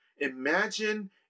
Imagine